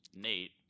Nate